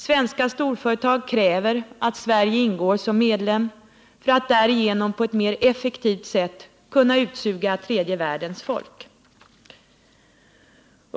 Svenska storföretag kräver att Sverige ingår som medlem för att de därigenom på ett mer effektivt sätt skall kunna utsuga tredje världens folk.